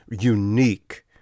unique